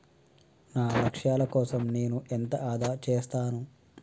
నా లక్ష్యాల కోసం నేను ఎంత ఆదా చేస్తాను?